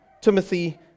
Timothy